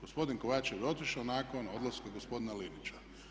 Gospodin Kovačev je otišao nakon odlaska gospodina Linića.